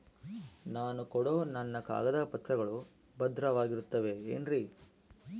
ನಾನು ಕೊಡೋ ನನ್ನ ಕಾಗದ ಪತ್ರಗಳು ಭದ್ರವಾಗಿರುತ್ತವೆ ಏನ್ರಿ?